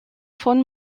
von